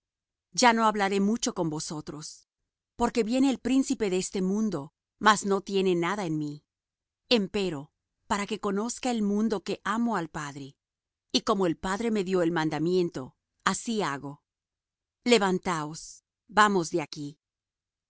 ya no hablaré mucho con vosotros porque viene el príncipe de este mundo mas no tiene nada en mí empero para que conozca el mundo que amo al padre y como el padre me dió el mandamiento así hago levantaos vamos de aquí